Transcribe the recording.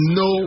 no